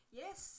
yes